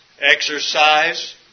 Exercise